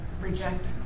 reject